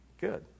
Good